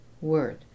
word